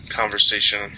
conversation